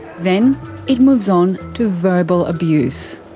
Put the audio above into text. then it moves on to verbal abuse.